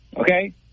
Okay